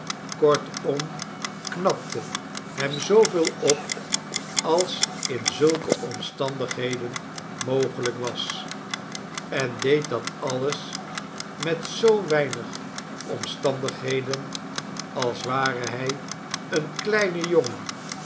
kortom knapte hem zooveel op als in zulke omstandigheden mogelijk was en deed dat alles met zoo weinig omstandigheden als ware hij een kleine jongen